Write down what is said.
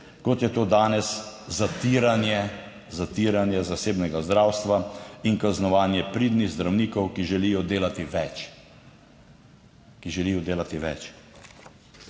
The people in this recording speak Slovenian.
Kot je to danes zatiranje zasebnega zdravstva in kaznovanje pridnih zdravnikov, ki želijo delati več,